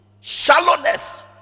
shallowness